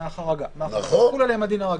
מההחרגה, שיחול עליהם הדין הרגיל.